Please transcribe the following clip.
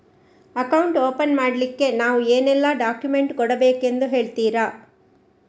Account open ಮಾಡ್ಲಿಕ್ಕೆ ನಾವು ಏನೆಲ್ಲ ಡಾಕ್ಯುಮೆಂಟ್ ಕೊಡಬೇಕೆಂದು ಹೇಳ್ತಿರಾ?